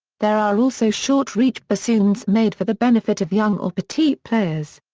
there are also short-reach bassoons made for the benefit of young or petite players.